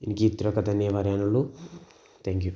എനിക്കിത്രയും ഒക്കെ തന്നെ പറയാനുള്ളു താങ്ക്യൂ